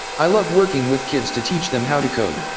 i love working with kids to teach them how to code.